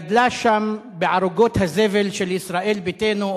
גדלה שם בערוגות הזבל של ישראל ביתנו,